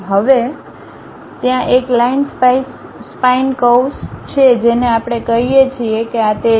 હવે ત્યાં એક લાઈન સ્પાઈન કર્વ્સ છે જેને આપણે કહીએ છીએ કે આ તે છે